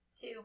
Two